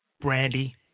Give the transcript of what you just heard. brandy